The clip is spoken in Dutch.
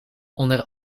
onder